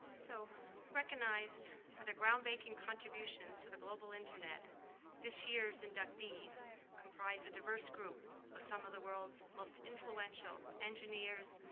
so recognized for their groundbreaking contributions to the global internet this year's inductees comprise a diverse group of some of the world's most influential engineers,